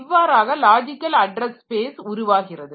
இவ்வாறாக logical address space உருவாகிறது